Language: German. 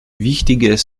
wichtiges